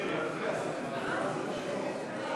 לשנת התקציב 2015, כהצעת הוועדה, נתקבל.